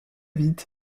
vite